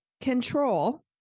control